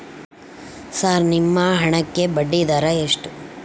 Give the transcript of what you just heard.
Sir ನಿಮ್ಮ ಹಣಕ್ಕೆ ಬಡ್ಡಿದರ ಎಷ್ಟು?